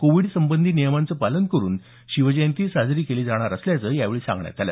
Covid संबंधी नियमांचं पालन करून शिवजयंती साजरी केली जाणार असल्याचं यावेळी सांगण्यात आलं